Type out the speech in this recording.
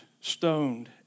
stoned